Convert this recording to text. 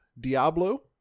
Diablo